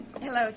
Hello